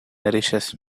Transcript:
nourishes